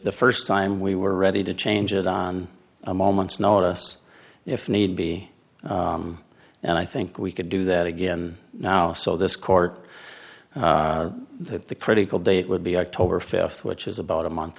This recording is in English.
the first time we were ready to change it on a moment's notice if need be and i think we could do that again now so this court that the critical date would be october fifth which is about a month